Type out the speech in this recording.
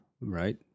right